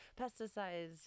pesticides